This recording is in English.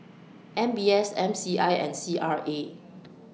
M B S M C I and C R A